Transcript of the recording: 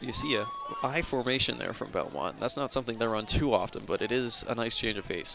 you see i formation there from about one that's not something they're on too often but it is a nice change of pace